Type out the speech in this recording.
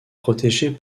protégée